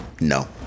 No